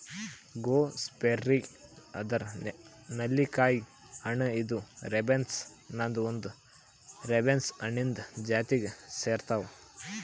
gooseberry ಅಂದುರ್ ನೆಲ್ಲಿಕಾಯಿ ಹಣ್ಣ ಇದು ರೈಬ್ಸ್ ಅನದ್ ಒಂದ್ ಬೆರೀಸ್ ಹಣ್ಣಿಂದ್ ಜಾತಿಗ್ ಸೇರ್ತಾವ್